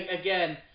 again